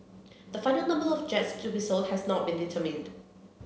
the final number of jets to be sold has not been determined